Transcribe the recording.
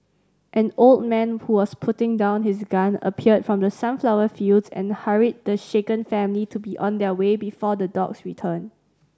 an old man who was putting down his gun appeared from the sunflower fields and hurried the shaken family to be on their way before the dogs return